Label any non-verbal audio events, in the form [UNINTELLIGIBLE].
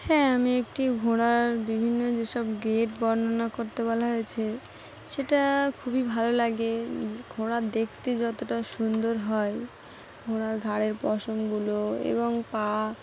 হ্যাঁ আমি একটি ঘোড়ার বিভিন্ন যেসব [UNINTELLIGIBLE] বর্ণনা করতে বলা হয়েছে সেটা খুবই ভালো লাগে ঘোড়ার দেখতে যতটা সুন্দর হয় ঘোড়ার ঘাড়ের পশমগুলো এবং পা